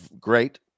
Great